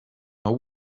know